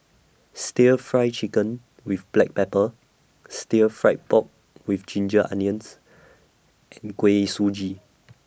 Stir Fry Chicken with Black Pepper Stir Fried Pork with Ginger Onions and Kuih Suji